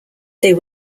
they